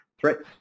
Threats